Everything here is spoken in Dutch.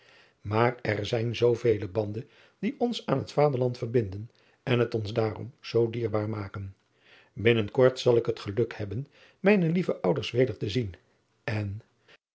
aar er zijn zoovele banden die ons aan het vaderland verbinden en het ons daarom zoo dierbaar maken innen kort zal ik het geluk hebben mijne lieve ouders weder te zien en